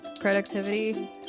productivity